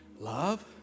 Love